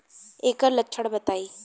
ऐकर लक्षण बताई?